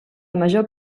major